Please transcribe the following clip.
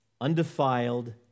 undefiled